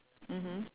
mmhmm